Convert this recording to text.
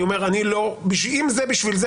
אני אומר שאם הכלי הוא בשביל זה,